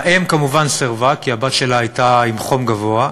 האם כמובן סירבה, כי הבת שלה הייתה עם חום גבוה,